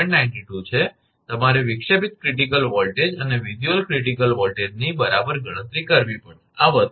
92 છે તમારે વિક્ષેપિત ક્રિટિકલ વોલ્ટેજ અને વિઝ્યુઅલ ક્રિટિકલ વોલ્ટેજની બરાબર ગણતરી કરવી પડશે આ વસ્તુ છે